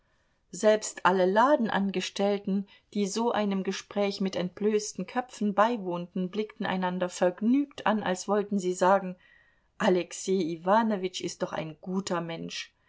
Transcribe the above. selbst alle ladenangestellten die so einem gespräch mit entblößten köpfen beiwohnten blickten einander vergnügt an als wollten sie sagen alexej iwanowitsch ist doch ein guter mensch